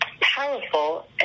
powerful